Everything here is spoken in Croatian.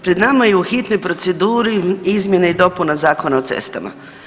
Pred nama je u hitnoj proceduri izmjene i dopuna Zakona o cestama.